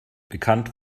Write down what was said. bekannt